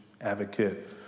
advocate